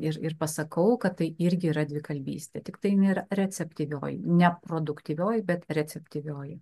ir ir pasakau kad tai irgi yra dvikalbystė tiktai jin yra receptyvioji ne produktyvioji bet receptyvioji